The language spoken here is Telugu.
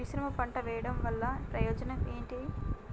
మిశ్రమ పంట వెయ్యడం వల్ల ప్రయోజనం ఏమిటి?